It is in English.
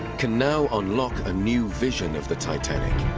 can now unlock a new vision of the titanic.